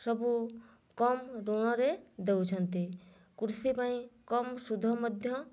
ସବୁ କମ୍ ଋଣରେ ଦେଉଛନ୍ତି କୃଷି ପାଇଁ କମ୍ ସୁଧ ମଧ୍ୟ